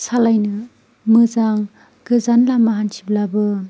सालायनो मोजां गोजान लामा हान्थिब्लाबो